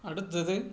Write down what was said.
அடுத்தது